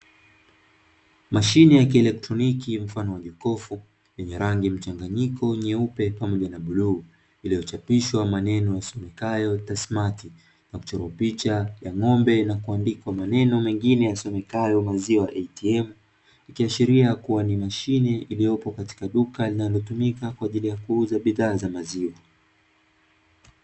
Mashine ya kielektroniki mfano wa jokofu yenye rangi mchanganyiko, nyeupe na bluu, iliyochapishwa maneno ''Tasmatt ", imechorwa picha ya ng'ombe na kuandikwa maneno mengine yasomekayo "maziwa ATM", ikiashiria kuwa ni mashine iliyopo katika duka kwa ajili ya kuuza bidhaa za maziwa.